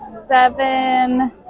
Seven